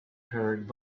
heard